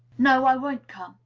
no, i won't come.